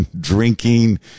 drinking